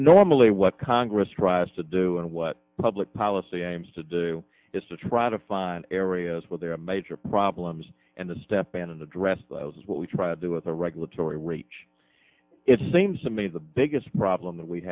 normally what congress tries to do and what public policy aims to do is to try to find areas where there are major problems and the step in and address those is what we try to do with our regulatory reach it seems to me the biggest problem that we